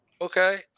Okay